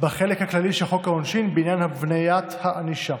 בחלק הכללי של חוק העונשין בעניין הבניית הענישה.